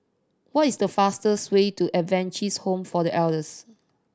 what is the fastest way to Adventist Home for The Elders